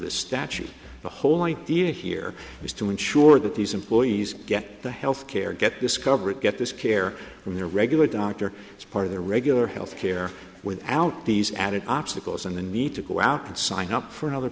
the statute the whole idea here is to ensure that these employees get the health care get discovered get this care from their regular doctor as part of their regular health care without these added obstacles and the need to go out and sign up for another